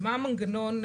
ומה המנגנון?